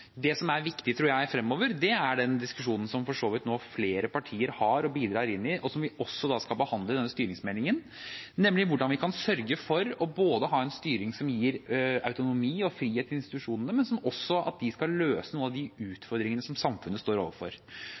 Det som er viktig, tror jeg, fremover, er den diskusjonen som for så vidt nå flere partier har og bidrar i, og som vi også skal behandle i denne styringsmeldingen, nemlig hvordan vi kan sørge for både å ha en styring som gir autonomi og frihet til institusjonene, men også at de skal løse noen av de utfordringene som samfunnet står overfor.